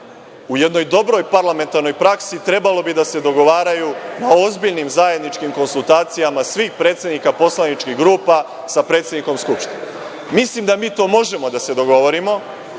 u jednoj dobroj parlamentarnoj praksi trebalo bi da se dogovaraju, na ozbiljnim zajedničkim konsultacijama svih predsednika poslaničkih grupa sa predsednikom Skupštine. Mislim da mi to možemo da se dogovorimo.